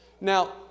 Now